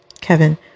Kevin